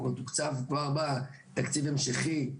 הוא תוקצב כבר בתקציב ההמשכי.